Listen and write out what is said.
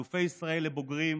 אלופי ישראל לבוגרים,